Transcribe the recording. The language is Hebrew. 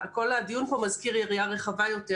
כל הדיון פה מזכיר יריעה רחבה יותר,